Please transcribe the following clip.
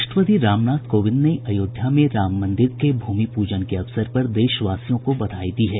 राष्ट्रपति रामनाथ कोविंद ने अयोध्या में राम मंदिर के भूमि पूजन के अवसर पर देशवासियों को बधाई दी है